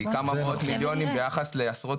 כי כמה מאות מיליונים ביחס לעשרות